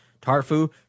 Tarfu